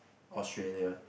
Australia